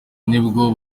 nibwo